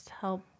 Help